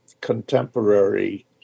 contemporary